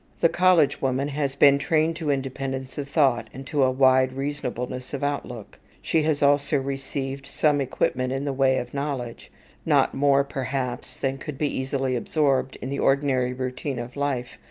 the college woman has been trained to independence of thought, and to a wide reasonableness of outlook. she has also received some equipment in the way of knowledge not more, perhaps, than could be easily absorbed in the ordinary routine of life,